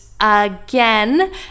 again